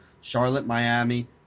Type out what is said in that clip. Charlotte-Miami